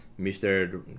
Mr